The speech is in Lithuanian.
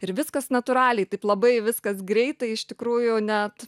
ir viskas natūraliai taip labai viskas greitai iš tikrųjų net